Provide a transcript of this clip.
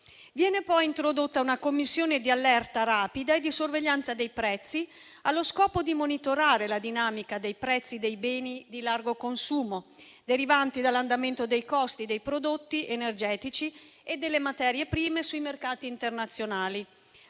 Viene poi introdotta una Commissione di allerta rapida e di sorveglianza dei prezzi allo scopo di monitorare la dinamica dei prezzi dei beni di largo consumo derivanti dall'andamento dei costi dei prodotti energetici e delle materie prime sui mercati internazionali,